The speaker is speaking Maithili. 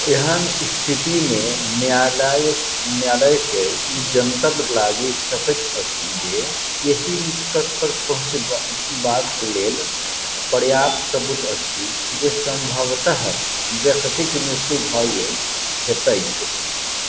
एहन स्थितिमे न्यायालयकेँ ई जनतब लागी सकैत अछि जे एहि निष्कर्ष पर पहुँचबाक लेल पर्याप्त सबूत अछि जे सम्भवतः व्यक्तिक मृत्यु भए गेल हेतैक